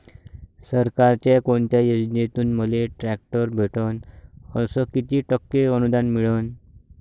सरकारच्या कोनत्या योजनेतून मले ट्रॅक्टर भेटन अस किती टक्के अनुदान मिळन?